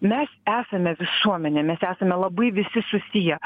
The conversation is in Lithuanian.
mes esame visuomenė mes esame labai visi susiję